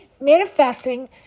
manifesting